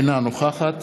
אינה נוכחת